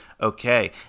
okay